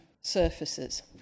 surfaces